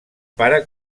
pare